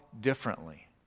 differently